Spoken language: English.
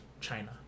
China